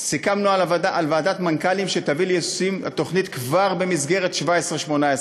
סיכמנו על ועדת מנכ"לים שתביא ליישום התוכנית כבר במסגרת 17' 18',